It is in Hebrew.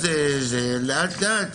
ולאט לאט,